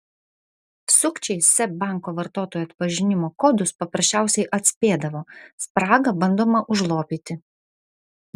sukčiai seb banko vartotojų atpažinimo kodus paprasčiausiai atspėdavo spragą bandoma užlopyti